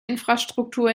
infrastruktur